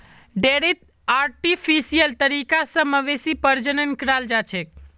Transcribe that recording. डेयरीत आर्टिफिशियल तरीका स मवेशी प्रजनन कराल जाछेक